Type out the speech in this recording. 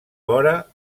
vora